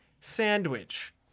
sandwich